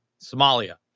Somalia